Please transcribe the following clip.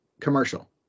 commercial